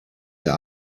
der